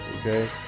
okay